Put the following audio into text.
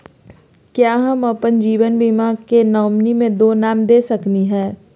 का हम अप्पन जीवन बीमा के नॉमिनी में दो नाम दे सकली हई?